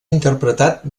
interpretat